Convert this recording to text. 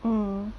mm